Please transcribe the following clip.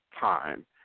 time